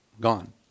gone